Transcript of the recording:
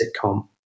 sitcom